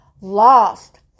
lost